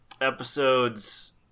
Episodes